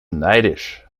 neidisch